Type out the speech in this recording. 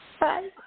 Bye